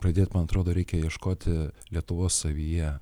pradėt man atrodo reikia ieškoti lietuvos savyje